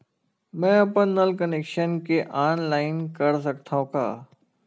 मैं अपन नल कनेक्शन के ऑनलाइन कर सकथव का?